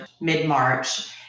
mid-March